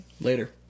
Later